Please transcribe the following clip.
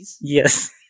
Yes